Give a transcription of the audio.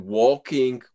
walking